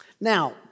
Now